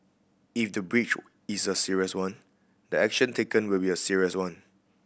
if the breach is a serious one the action taken will be a serious one